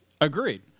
Agreed